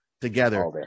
together